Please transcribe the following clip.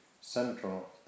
central